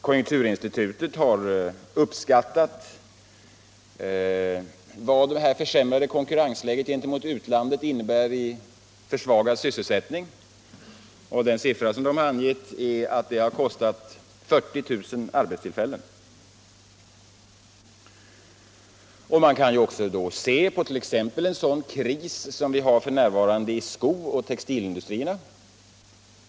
Konjunkturinstitutet har uppskattat vad detta försämrade konkurrensläge i förhållande till utlandet innebär i försvagad sysselsättning, och dess siffermässiga angivelse är att det har kostat 40 000 arbetstillfällen. Man kan då också se på t.ex. en sådan kris som den vi f.n. har i skooch textilindustrierna.